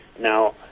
Now